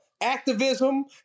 activism